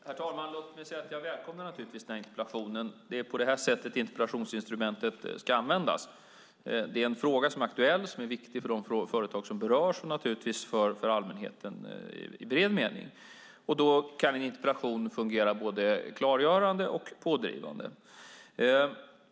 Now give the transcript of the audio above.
Herr talman! Jag välkomnar naturligtvis denna interpellation. Det är på det här sättet interpellationsinstrumentet ska användas. Det är en fråga som är aktuell och som är viktig för de företag som berörs och naturligtvis för allmänheten i bred mening. Då kan en interpellation fungera både klargörande och pådrivande.